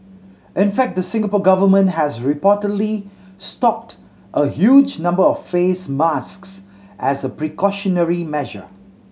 in fact the Singapore Government has reportedly stocked a huge number of face masks as a precautionary measure